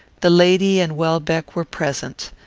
the lady and welbeck were present.